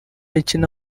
ikina